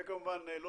זה לא סביר,